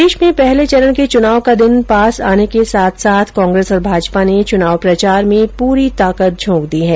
प्रदेष में पहले चरण के चुनाव का दिन पास आने के साथ साथ कांग्रेस और भाजपा ने चुनाव प्रचार में पूरी ताकत झोंक दी है